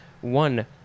One